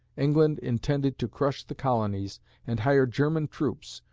england intended to crush the colonies and hired german troops,